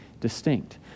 distinct